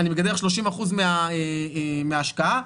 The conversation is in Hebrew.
30% מההשקעה,